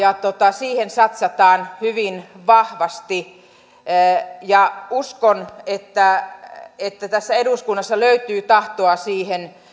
siihen satsataan hyvin vahvasti uskon että että tässä eduskunnassa löytyy tahtoa siihen